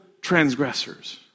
transgressors